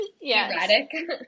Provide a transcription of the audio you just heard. Erratic